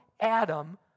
Adam